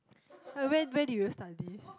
ah where where did you stdy